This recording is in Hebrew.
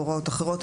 הוראות אחרות,